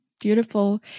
Beautiful